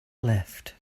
left